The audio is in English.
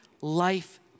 life